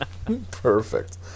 Perfect